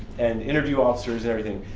and interview officers and everything.